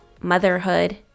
motherhood